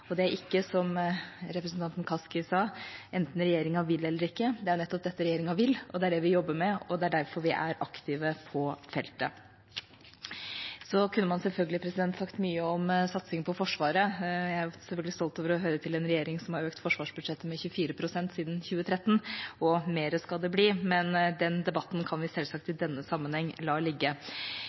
Det er ikke, som representanten Kaski sa, enten regjeringa vil eller ikke – det er nettopp dette regjeringa vil. Det er det vi jobber med, og det er derfor vi er aktive på feltet. Man kunne sagt mye om satsing på Forsvaret. Jeg er selvfølgelig stolt over å høre til en regjering som har økt forsvarsbudsjettet med 24 pst. siden 2013, og mer skal det bli, men den debatten kan vi selvsagt la ligge i denne sammenheng.